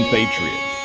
Patriots